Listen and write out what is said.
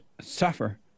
suffer